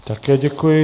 Také děkuji.